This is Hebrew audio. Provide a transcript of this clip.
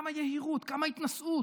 כמה יהירות, כמה התנשאות.